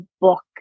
book